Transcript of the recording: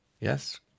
Yes